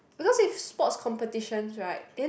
because if sports competition right then